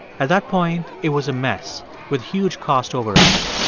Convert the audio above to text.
at that point, it was a mess with huge cost overruns.